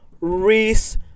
Reese